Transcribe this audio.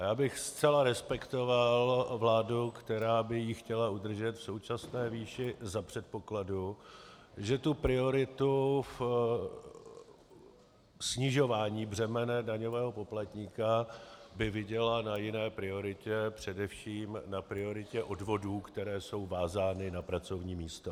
A já bych zcela respektoval vládu, která by ji chtěla udržet v současné výši, za předpokladu, že tu prioritu ve snižování břemene daňového poplatníka by viděla na jiné prioritě, především na prioritě odvodů, které jsou vázány na pracovní místa.